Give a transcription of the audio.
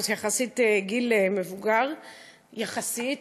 שזה יחסית גיל מבוגר יחסית.